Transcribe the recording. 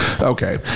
Okay